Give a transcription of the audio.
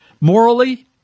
Morally